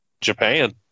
Japan